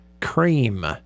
cream